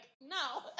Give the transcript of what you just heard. no